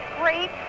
great